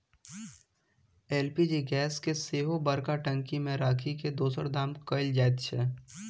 LPG gas के सेहो बड़का टंकी मे राखि के दोसर ठाम कयल जाइत छै